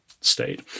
state